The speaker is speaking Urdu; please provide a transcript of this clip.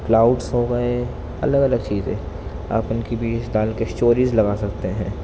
کلاؤٹس ہو گئے الگ الگ چیزیں آپ کی ان کی بیز ڈال کے اسٹوریز لگا سکتے